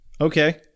Okay